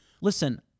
Listen